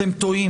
אתם טועים.